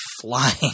flying